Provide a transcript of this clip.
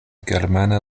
germana